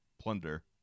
plunder